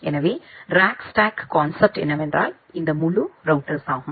எனவே rack stack concept என்னவென்றால் இந்த முழு ரௌட்டர்ஸ் ஆகும்